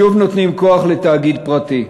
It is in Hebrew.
שוב נותנים כוח לתאגיד פרטי.